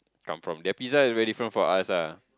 come from the pizza is very from from us lah